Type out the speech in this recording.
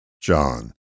John